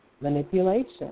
manipulation